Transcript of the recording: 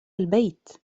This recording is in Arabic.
البيت